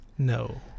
no